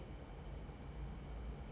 !wow! uh